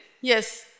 Yes